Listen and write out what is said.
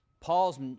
Paul's